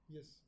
Yes